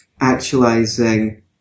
actualizing